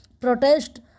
protest